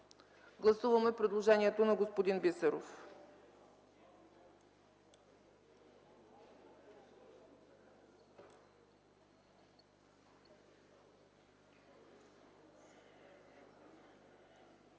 Гласуваме предложението на господин Бисеров.